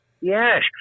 yes